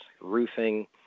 roofing